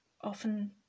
often